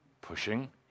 pushing